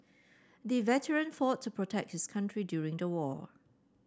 the veteran fought to protect his country during the war